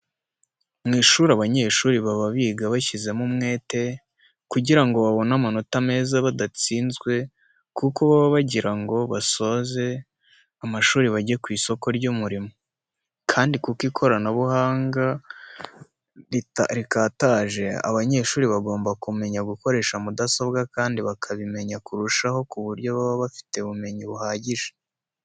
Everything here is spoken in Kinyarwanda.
Mu ishuri abanyeshuri baba biga bashyizemo umwete kugira ngo babone amanota meza badatsinzwe, kuko baba bagira ngo basoze amashuri bajye ku isoko ry'umurimo. Kandi kuko ikoranabuhanga rikataje abanyeshuri bagomba kumenya gukoresha mudasobwa kandi bakabimenya kurushaho ku buryo baba bafite ubumenyi buhagije.